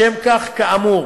לשם כך כאמור